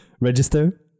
Register